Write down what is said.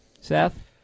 seth